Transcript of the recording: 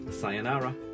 sayonara